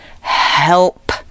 help